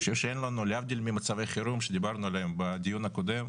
אני חושב שלהבדיל ממצבי חירום שדיברנו עליהם בדיון הקודם,